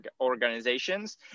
organizations